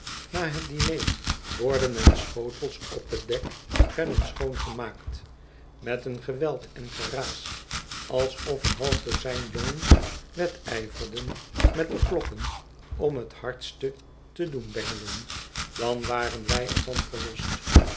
na het diner borden en schotels op het dek werden schoongemaakt met een geweld en geraas alsof een half dozijn jongens wedijverden met de klokken om het hardste te doen bengelen dan waren wij er van verlost